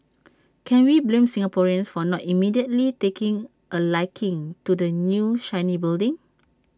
can we blame Singaporeans for not immediately taking A liking to the new shiny building